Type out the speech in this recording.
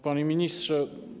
Panie Ministrze!